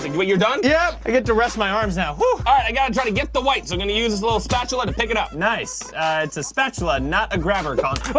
what you're done yeah i get to rest my arms now oh alright i gotta try to get the white so i'm gonna use a little spatula to pick it up nice it's a spatula not a grabber combo